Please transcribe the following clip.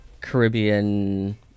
Caribbean